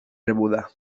rebuda